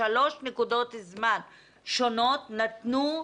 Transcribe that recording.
בשלוש נקודות זמן שונות נתנו.